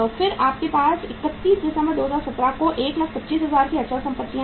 फिर आपके पास 31 दिसंबर 2017 को 125000 पर अचल संपत्तियां हैं